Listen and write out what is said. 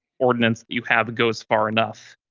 ordinance you have goes far enough.